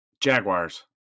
Jaguars